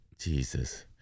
jesus